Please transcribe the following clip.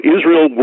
Israel